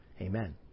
Amen